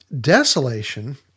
Desolation